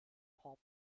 pop